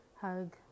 hug